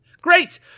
Great